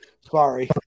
Sorry